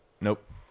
Nope